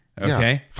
okay